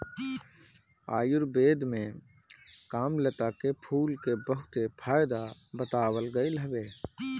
आयुर्वेद में कामलता के फूल के बहुते फायदा बतावल गईल हवे